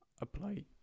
apply